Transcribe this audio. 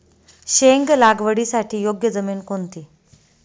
शेंग लागवडीसाठी योग्य जमीन कोणती?